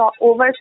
over